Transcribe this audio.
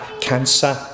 cancer